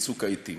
בצוק העתים.